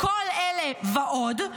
כל אלה ועוד,